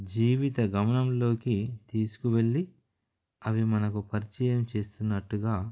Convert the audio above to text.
జీవిత గమనంలోకి తీసుకువెళ్ళి అవి మనకు పరిచయం చేస్తున్నట్టుగా